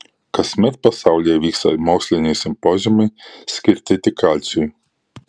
kasmet pasaulyje vyksta moksliniai simpoziumai skirti tik kalciui